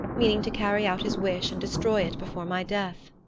meaning to carry out his wish and destroy it before my death.